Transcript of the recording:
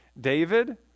David